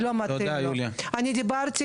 אני רוצה פה